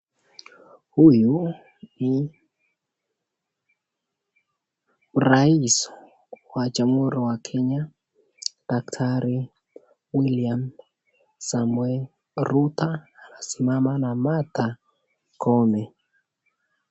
Huyu ni rais wa jamhuri ya kenya daktari William Samoei Ruto anasimama na Martha Koome.